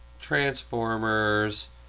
Transformers